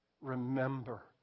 Remember